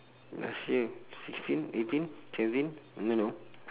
last year sixteen eighteen seventeen I don't know